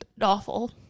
awful